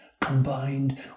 combined